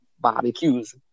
barbecues